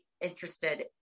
interested